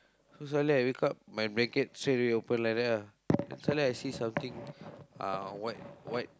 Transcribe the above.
so suddenly I wake up my blanket straight away open like that ah then suddenly I see something uh white white